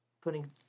putting